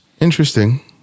interesting